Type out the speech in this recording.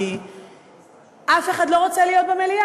כי אף אחד לא רוצה להיות במליאה.